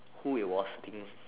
who it was I think